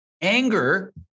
anger